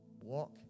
walk